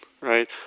Right